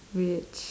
which